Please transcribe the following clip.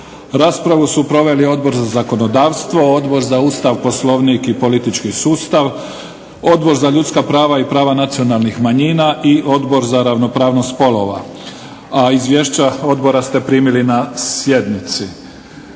Raspravu su proveli Odbor za zakonodavstvo, Odbor za Ustav, Poslovnik i politički sustav, Odbor za ljudska prava i prava nacionalnih manjina i Odbor za ravnopravnost spolova. Izvješća odbora ste primili na sjednici.